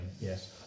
Yes